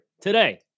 today